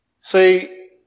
See